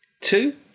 Two